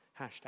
Hashtag